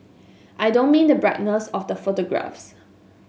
I don't mean the brightness of the photographs